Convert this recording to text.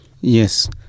Yes